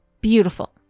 Beautiful